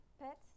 pets